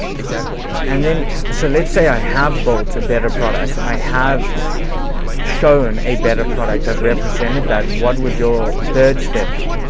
exactly. and then so, let's say i have built a better product. i have shown a better product, i've represented that. what would third step be?